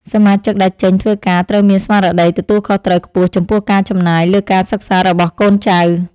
សមាជិកដែលចេញធ្វើការត្រូវមានស្មារតីទទួលខុសត្រូវខ្ពស់ចំពោះការចំណាយលើការសិក្សារបស់កូនចៅ។